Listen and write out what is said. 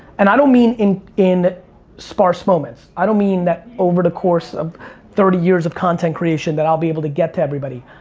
and i don't mean in in sparse moments. i don't mean that over the course of thirty years of content creation that i'll be able to get to everybody.